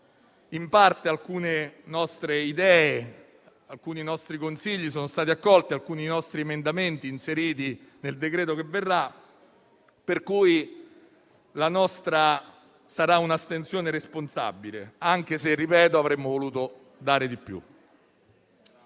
In parte alcune nostre idee, alcuni nostri consigli sono stati accolti e alcuni nostri emendamenti inseriti nel decreto che verrà, per cui la nostra sarà un'astensione responsabile, anche se, ripeto, avremmo voluto dare di più.